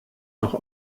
noch